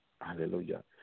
Hallelujah